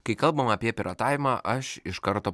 kai kalbam apie piratavimą aš iš karto